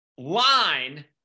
line